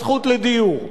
הזכות לדיור.